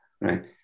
right